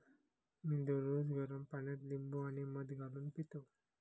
मी दररोज गरम पाण्यात लिंबू आणि मध घालून पितो